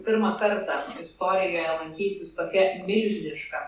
pirmą kartą istorijoje lankysis tokia milžiniška